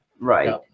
Right